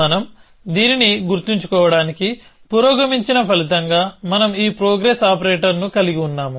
మనం దీనిని గుర్తుంచుకోవడానికి పురోగమించిన ఫలితంగా మనం ఈ ప్రోగ్రెస్ ఆపరేటర్ని కలిగి ఉన్నాము